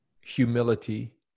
humility